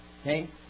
Okay